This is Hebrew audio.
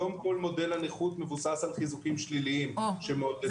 היום כל מודל הנכות מבוסס על חיזוקים שליליים שמעודדים חוסר תפקוד.